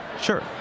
Sure